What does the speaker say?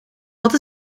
wat